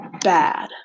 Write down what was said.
bad